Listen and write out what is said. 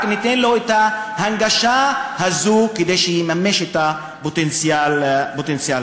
רק ניתן לו את ההנגשה הזו כדי שיממש את הפוטנציאל הזה.